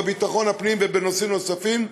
בביטחון הפנים ובנושאים נוספים,